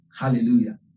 Hallelujah